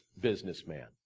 businessman